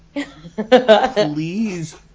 Please